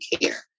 care